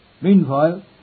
Meanwhile